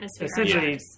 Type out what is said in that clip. Essentially